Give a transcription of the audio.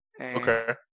Okay